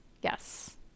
Yes